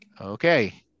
Okay